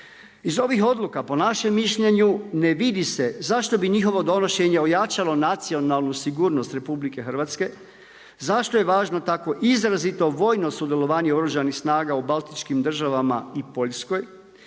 Iz ovih odluka po našem mišljenju ne vidi se zašto bi njihovo donošenje ojačalo nacionalnu sigurnost RH, zašto je važno tako izrazito vojno sudjelovanje Oružanih snaga u baltičkim državama i Poljskoj.